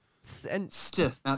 Stiff